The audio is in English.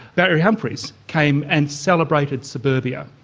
barry humphries came and celebrated suburbia,